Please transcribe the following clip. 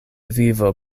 vivo